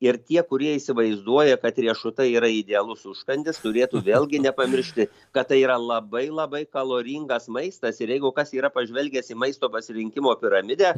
ir tie kurie įsivaizduoja kad riešutai yra idealus užkandis turėtų vėlgi nepamiršti kad tai yra labai labai kaloringas maistas ir jeigu kas yra pažvelgęs į maisto pasirinkimo piramidę